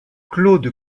claude